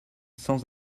sans